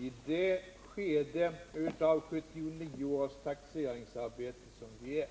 I det skede av 1979 års taxeringsarbete som vi befinner oss